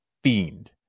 fiend